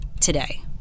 today